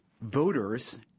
voters